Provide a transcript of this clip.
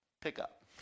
pickup